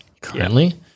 currently